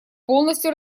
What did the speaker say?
полностью